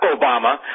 Obama